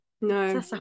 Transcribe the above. No